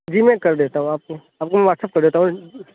جی میں کر دیتا ہوں آپ کو آپ کو میں واٹس ایپ کر دیتا ہوں